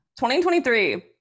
2023